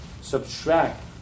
Subtract